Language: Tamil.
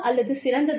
அல்லது சிறந்ததா